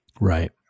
Right